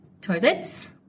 toilets